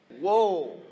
Whoa